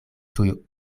tuj